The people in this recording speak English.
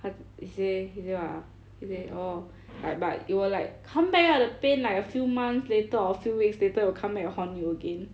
h~ he say he say what ah he say orh like but it will like come back ah the pain like a few months later or a few weeks later it will come back and haunt you again